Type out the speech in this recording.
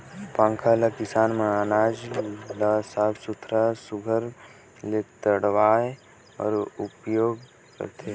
पंखा ल किसान मन अनाज ल साफ सुथरा सुग्घर ले उड़वाए बर उपियोग करथे